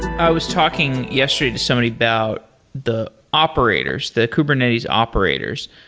i was talking yesterday to somebody about the operators, the kubernetes operators.